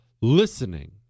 listening